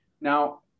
now